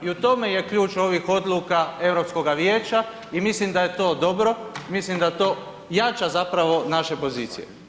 I u tome je ključ novih odluka Europskoga vijeća i mislim da je to dobro, mislim da to jača zapravo naše pozicije.